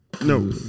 No